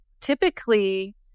typically